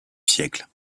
siècle